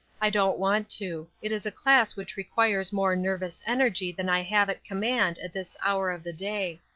i don't want to it is a class which requires more nervous energy than i have at command at this hour of the day.